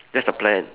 that's the plan